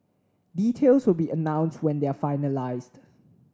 details will be announced when they are finalised